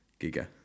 giga